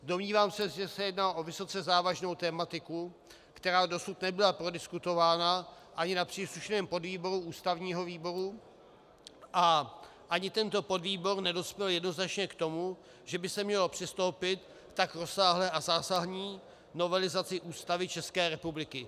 Domnívám se, že se jedná o vysoce závažnou tematiku, která dosud nebyla prodiskutována ani na příslušném podvýboru ústavního výboru, a ani tento podvýbor nedospěl jednoznačně k tomu, že by se mělo přistoupit k tak rozsáhlé a zásadní novelizaci Ústavy České republiky.